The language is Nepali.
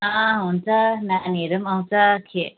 हुन्छ नानीहरू पनि आउँछ के